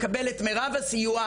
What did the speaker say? לקבל את מירב הסיוע,